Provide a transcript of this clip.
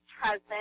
husband